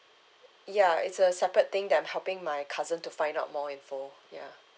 ya it's a separate thing that I'm helping my cousin to find out more info ya